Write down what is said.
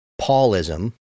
Paulism